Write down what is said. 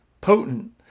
potent